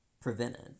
prevented